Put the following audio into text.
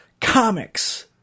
comics